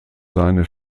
seine